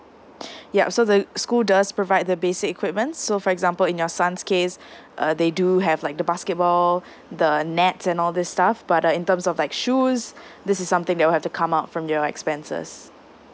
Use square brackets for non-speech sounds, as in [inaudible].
[breath] ya so the school does provide the basic equipment so for example in your son's case uh they do have like the basketball the net and all this stuff but uh in terms of like shoes this is something that will have to come out from your expenses